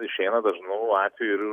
išeina dažnu atveju ir